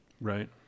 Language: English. Right